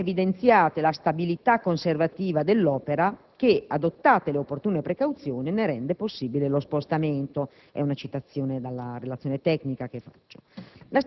stata evidenziata la stabilità conservativa dell'opera che - adottate le opportune precauzioni - ne rende possibile lo spostamento: è una citazione dalla relazione tecnica che faccio.